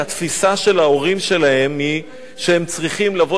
שהתפיסה של ההורים שלהם היא שהם צריכים לבוא